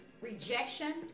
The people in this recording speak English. rejection